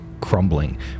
crumbling